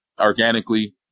organically